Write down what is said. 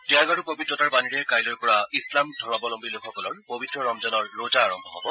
ত্যাগ আৰু পবিত্ৰতাৰ বাণীৰে কাইলৈৰ পৰা ইছলাম ধৰ্মাৱলমী লোকসকলৰ পবিত্ৰ ৰমজানৰ ৰোজা আৰম্ভ হ'ব